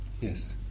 Yes